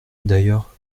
d’ailleurs